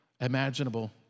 imaginable